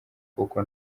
kuko